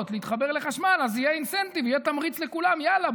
להתחבר לחשמל אז יהיה תמריץ לכולם: יאללה,